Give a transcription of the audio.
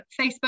facebook